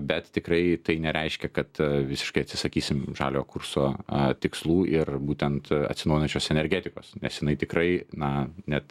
bet tikrai tai nereiškia kad visiškai atsisakysim žalio kurso tikslų ir būtent atsinaujinančios energetikos nes jinai tikrai na net